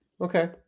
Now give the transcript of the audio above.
Okay